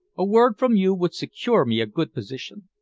a word from you would secure me a good position.